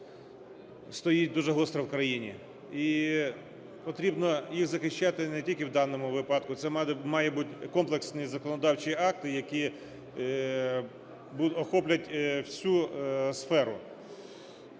стоїть дуже гостро в країні. І потрібно їх захищати не тільки в даному випадку. Це мають бути комплексні законодавчі акти, які охоплять всю сферу.